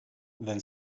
then